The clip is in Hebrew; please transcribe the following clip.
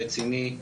רציני,